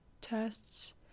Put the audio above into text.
tests